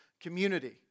community